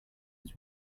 his